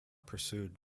pursued